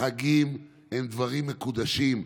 החגים הם דברים מקודשים.